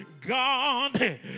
God